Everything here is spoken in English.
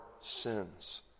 sins